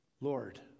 Lord